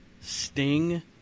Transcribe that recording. Sting